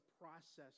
process